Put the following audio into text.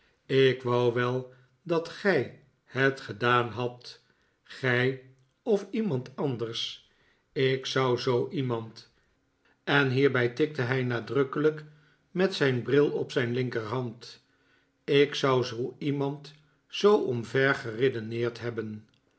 ik wou wel dat gij het gedaan hadt gij of iemand anders ik zou zoo iemand en hierbij tikte hij nadrukkelijk met zijn bril op zijn linkerhand ik zou zoo iemand zoo omver geredeneerd hebben